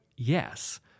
Yes